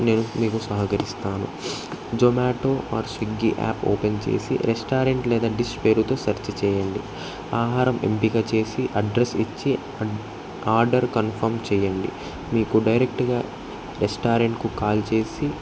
నేను మీకు సహకరిస్తాను Zomato or Swiggy app open చేసి రెస్టారెంట్ లేదా డిష్ పేరుతో సెర్చ్ చేయండి ఆహారం ఎంపిక చేసి అడ్రస్ ఇచ్చి ఆర్డర్ కన్ఫర్మ్ చేయండి మీకు డైరెక్ట్గా రెస్టారెంట్కు కాల్ చేసి